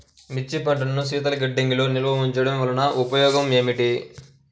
మిర్చి పంటను శీతల గిడ్డంగిలో నిల్వ ఉంచటం వలన ఉపయోగం ఏమిటి?